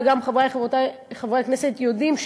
וגם חברי וחברותי חברי הכנסת יודעים,